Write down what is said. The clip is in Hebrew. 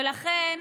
ולכן,